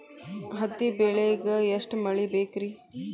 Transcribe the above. ಹತ್ತಿ ಬೆಳಿಗ ಎಷ್ಟ ಮಳಿ ಬೇಕ್ ರಿ?